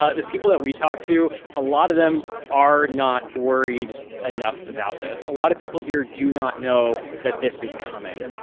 ah the people that we talked to a lot of them are not worried enough about this. a lot of people here do not know that this is coming.